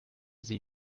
sie